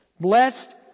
Blessed